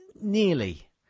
nearly